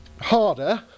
harder